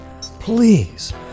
Please